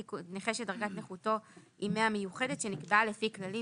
נכה שדרגת נכותו היא 100 מיוחדת שנקבעה לפי כללים